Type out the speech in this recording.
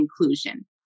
inclusion